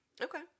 Okay